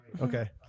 okay